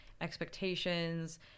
expectations